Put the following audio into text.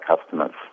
customers